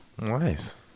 Nice